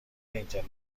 اینترنت